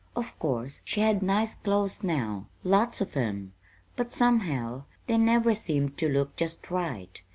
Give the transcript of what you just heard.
of course she had nice clo's now, lots of em but somehow they never seemed to look just right.